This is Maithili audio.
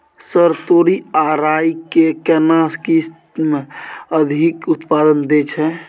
सर तोरी आ राई के केना किस्म अधिक उत्पादन दैय छैय?